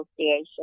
Association